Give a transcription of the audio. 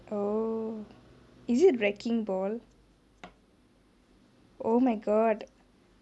oh is it wrecking ball oh my god